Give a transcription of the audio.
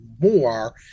more